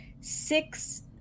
six